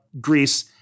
Greece